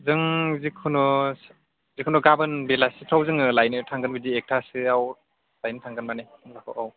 जों जेखुनु जिखुनु गाबोन बेलासिफोराव जोङो लायनो थांगोन बिदि एकथासोयाव लायनो थांगोन माने औ